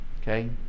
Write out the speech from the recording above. Okay